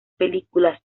películas